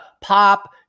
Pop